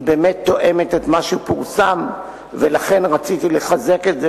היא באמת תואמת את מה שפורסם ולכן רציתי לחזק את זה,